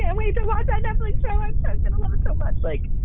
and we do like i definitely tried sort of and um ah so much. like,